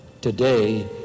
Today